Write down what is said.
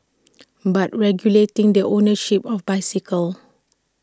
but regulating the ownership of bicycles